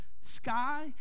sky